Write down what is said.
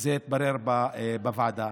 וזה התברר בוועדה,